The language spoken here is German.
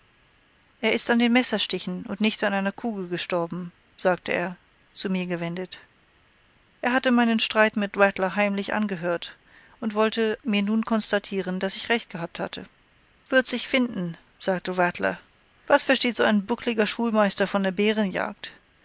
er ist an den messerstichen und nicht an einer kugel gestorben sagte er zu mir gewendet er hatte meinen streit mit rattler heimlich angehört und wollte mir nun konstatieren daß ich recht gehabt hatte wird sich finden sagte rattler was versteht so ein buckeliger schulmeister von der